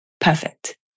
perfect